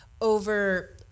over